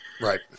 Right